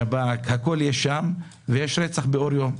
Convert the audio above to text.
שב"כ, הכול יש שם, ויש רצח באור יום,